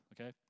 okay